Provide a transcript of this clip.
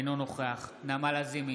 אינו נוכח נעמה לזימי,